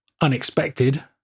unexpected